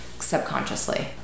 subconsciously